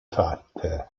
fatte